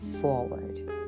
forward